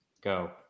go